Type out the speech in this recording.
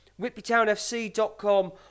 whitbytownfc.com